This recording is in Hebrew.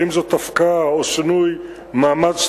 האם זאת הפקעה או שינוי מעמד,